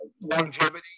longevity